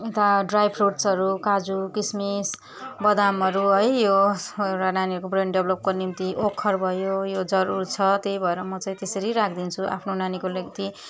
यता ड्राई फ्रुट्सहरू काजु किसमिस बदामहरू है यो एउटा नानीहरूको ब्रेन डेपलोपको निम्ति ओखर भयो यो जरुरी छ त्यही भएर म चाहिँ त्यसरी राखिदिन्छु आफ्नो नानीको निम्ति